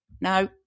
no